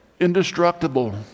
indestructible